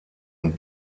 und